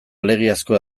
alegiazko